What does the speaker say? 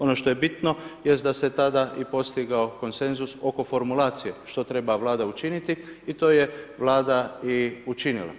Ono što je bitno jest da se tada i postigao konsenzus oko formulacije što treba Vlada učiniti i to je Vlada i učinila.